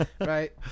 Right